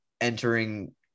entering –